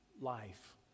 life